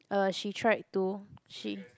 uh she tried to she